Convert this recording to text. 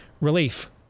relief